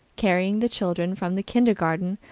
carrying the children from the kindergarten,